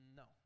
no